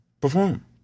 perform